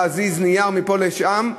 להזיז נייר מפה לשם,